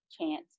chance